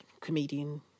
comedian